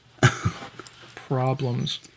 Problems